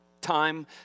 time